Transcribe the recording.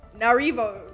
Narivo